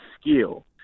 skill